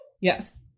Yes